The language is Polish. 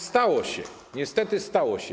Stało się, niestety, stało się.